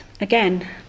again